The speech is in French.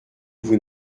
vous